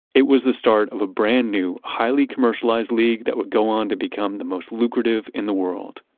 it was the start of a brand new, highly-commercialized league that would go on to become the most lucrative in the world,